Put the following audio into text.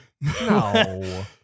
No